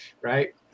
right